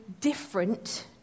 different